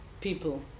people